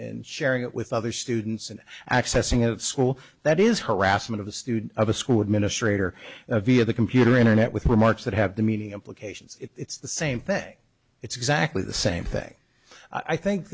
sharing it with other students and accessing a school that is harassment of a student of a school administrator via the computer internet with remarks that have the meeting implications it's the same thing it's exactly the same thing i think